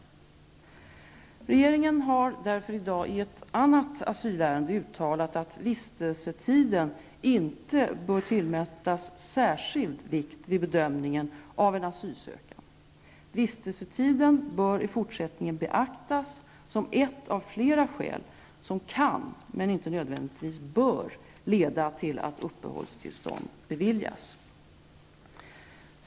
Regeringen har därför i dag i ett annat asylärende uttalat att vistelsetiden inte bör tillmätas särskild vikt vid bedömningen av en asylansökan. Vistelsetiden bör i fortsättningen beaktas som ett av flera skäl som kan, men inte nödvändigtvis bör, leda till att uppehållstillstånd beviljas.